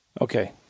Okay